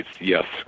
yes